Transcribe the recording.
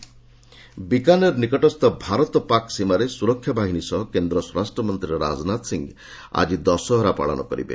ରାଜନାଥ ଦଶହରା ବିକାନେର ନିକଟସ୍ଥ ଭାରତ ପାକ୍ ସୀମାରେ ସୁରକ୍ଷା ବାହିନୀ ସହ କେନ୍ଦ୍ର ସ୍ୱରାଷ୍ଟ୍ରମନ୍ତ୍ରୀ ରାଜନାଥ ସିଂ ଆଜି ଦଶହରା ପାଳନ କରିବେ